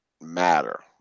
matter